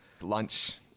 lunch